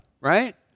right